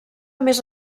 més